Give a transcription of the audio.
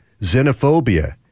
xenophobia